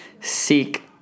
seek